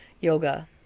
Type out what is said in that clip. yoga